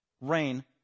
rain